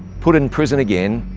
put in prison again,